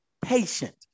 Patient